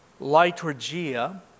liturgia